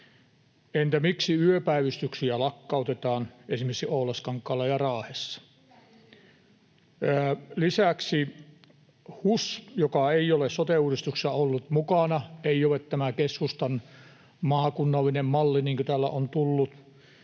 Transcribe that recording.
Entä miksi yöpäivystyksiä lakkautetaan esimerkiksi Oulaskankaalla ja Raahessa? Lisäksi HUS — joka ei ole sote-uudistuksessa ollut mukana eli ei ole tässä keskustan maakunnallisessa mallissa, niin kuin täällä on tullut